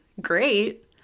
great